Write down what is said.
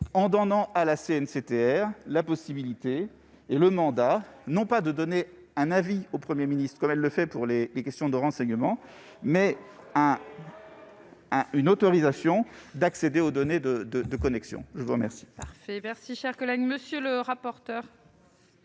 en donnant à la CNCTR la possibilité et le mandat non pas de remettre un avis au Premier ministre, comme elle le fait pour les questions de renseignement, mais une autorisation d'accéder aux données de connexion. Quel